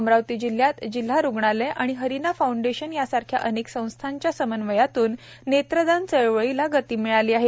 अमरावती जिल्ह्यात जिल्हा रूग्णालय आणि हरीना फाऊंडेशन यासारख्या अनेक संस्थांच्या समन्वयातून नेत्रदान चळवळीला गती मिळाली आहे